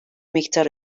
miktar